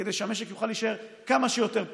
כדי שהמשק יוכל להישאר כמה שיותר פתוח,